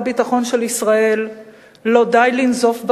הביטחון של ישראל לא די לנזוף בעולם,